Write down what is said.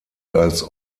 als